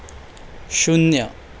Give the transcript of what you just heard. शून्य